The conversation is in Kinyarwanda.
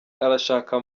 arashaka